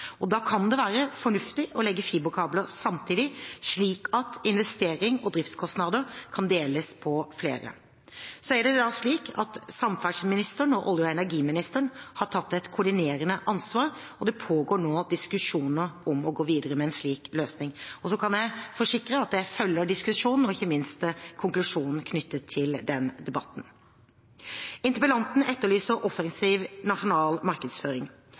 Tyskland. Da kan det være fornuftig å legge fiberkabler samtidig, slik at investering og driftskostnader kan deles på flere. Det er slik at samferdselsministeren og olje- og energiministeren har tatt et koordinerende ansvar, og det pågår nå diskusjoner om å gå videre med en slik løsning. Så kan jeg forsikre om at jeg følger diskusjonen og ikke minst konklusjonen knyttet til den debatten. Interpellanten etterlyser en offensiv nasjonal markedsføring.